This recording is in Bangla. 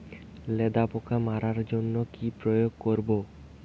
লেদা পোকা মারার জন্য কি প্রয়োগ করব?